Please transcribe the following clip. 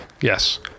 yes